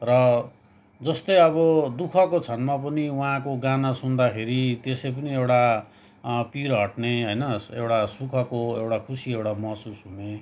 र जस्तै अब दुःखको क्षणमा पनि उहाँको गाना सुन्दाखेरि त्यसै पनि एउटा पिर हट्ने होइन एउटा सुखको एउटा खुसी एउटा महसुस हुने